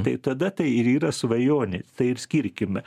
tai tada tai ir yra svajonė tai ir skirkime